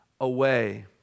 away